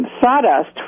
sawdust